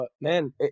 man